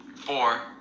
Four